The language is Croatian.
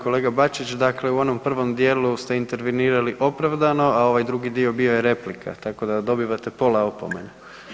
Kolega Bačić dakle u onom prvom dijelu ste intervenirali opravdano, a ovaj drugi dio bio je replika tako da dobivate pola opomene.